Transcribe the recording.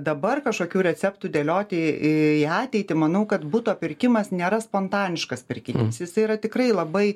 dabar kažkokių receptų dėlioti į ateitį manau kad buto pirkimas nėra spontaniškas pirkinys jisai yra tikrai labai